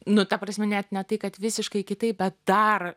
nu ta prasme net ne tai kad visiškai kitaip bet dar